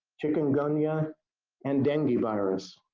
chikungunya and dengue virus.